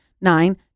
nine